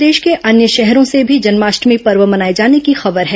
प्रदेश के अन्य शहरों से भी जन्माष्टमी पर्व मनाए जाने की खबर है